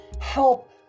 help